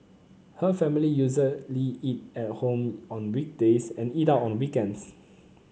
her family usually eat at home on weekdays and eat out on the weekends